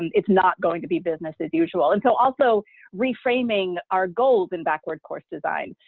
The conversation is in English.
and it's not going to be business as usual and so also reframing our goals in backward course design.